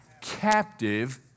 captive